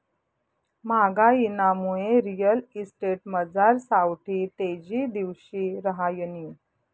म्हागाईनामुये रिअल इस्टेटमझार सावठी तेजी दिवशी रहायनी